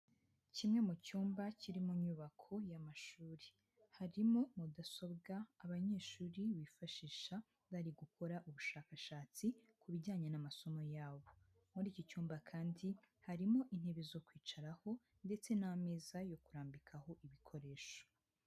Kimwe mu cyumba kiri mu nyubako y'amashuri, harimo mudasobwa abanyeshuri bifashisha bari gukora ubushakashatsi ku bijyanye n'amasomo yabo; muri iki cyumba kandi, harimo intebe zo kwicaraho ndetse n'ameza yo kurambikaho ibikoresho.